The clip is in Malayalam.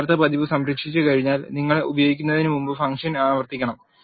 യഥാർത്ഥ പതിപ്പ് സംരക്ഷിച്ചുകഴിഞ്ഞാൽ നിങ്ങൾ ഉപയോഗിക്കുന്നതിന് മുമ്പ് ഫംഗ്ഷൻ അഭ്യർത്ഥിക്കണം